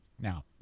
Now